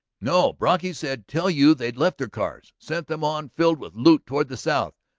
no. brocky said tell you they'd left their cars, sent them on filled with loot toward the south,